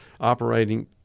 Operating